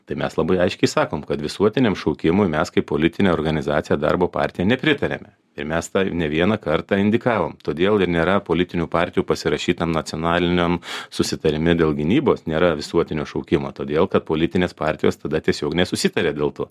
tai mes labai aiškiai sakom kad visuotiniam šaukimui mes kaip politinė organizacija darbo partija nepritariame ir mes tą ne vieną kartą indikavom todėl ir nėra politinių partijų pasirašytam nacionaliniam susitarime dėl gynybos nėra visuotinio šaukimo todėl kad politinės partijos tada tiesiog nesusitarė dėl to